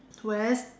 whereas